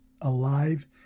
alive